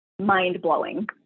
mind-blowing